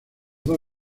dos